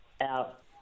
out